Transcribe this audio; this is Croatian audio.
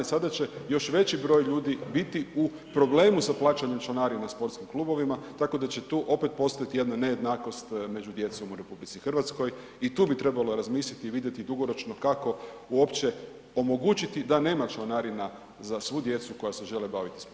Sada će još veći broj ljudi biti u problemu sa plaćanjem članarine sportskim klubovima tako da će tu opet postojati nejednakost među djecom u RH i tu bi trebalo razmisliti i vidjeti dugoročno kako uopće omogućiti da nema članarina za svu djecu koja se žele baviti sportom.